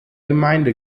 gemeinde